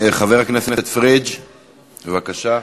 חבר הכנסת פריג', בבקשה.